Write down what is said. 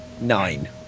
Nine